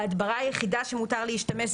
ההדברה היחידה שמותר להשתמש,